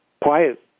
quiet